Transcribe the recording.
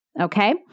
Okay